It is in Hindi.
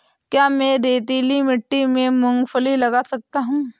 क्या मैं रेतीली मिट्टी में मूँगफली लगा सकता हूँ?